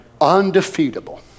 undefeatable